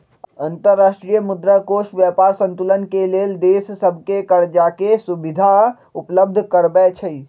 अंतर्राष्ट्रीय मुद्रा कोष व्यापार संतुलन के लेल देश सभके करजाके सुभिधा उपलब्ध करबै छइ